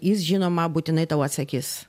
jis žinoma būtinai tau atsakys